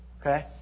Okay